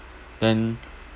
then